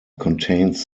contains